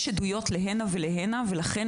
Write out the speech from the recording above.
יש עדויות לכאן ולכאן,